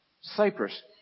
Cyprus